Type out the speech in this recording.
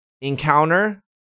encounter